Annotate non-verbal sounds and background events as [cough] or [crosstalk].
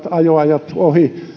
[unintelligible] ajoajat menevät ohi